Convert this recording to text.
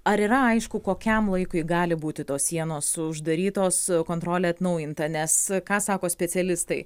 ar yra aišku kokiam laikui gali būti tos sienos uždarytos kontrolė atnaujinta nes ką sako specialistai